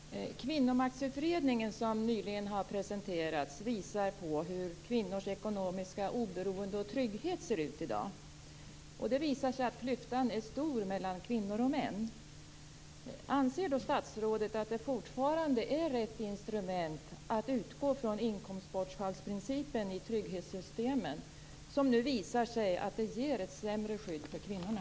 Fru talman! Kvinnomaktsutredningen, som nyligen har presenterats, visar på hur kvinnors ekonomiska oberoende och trygghet ser ut i dag. Det visar sig att klyftan är stor mellan kvinnor och män. Anser statsrådet att det fortfarande är rätt instrument att utgå från inkomstbortfallsprincipen i trygghetssystemen, som nu visar sig ge ett sämre skydd för kvinnorna?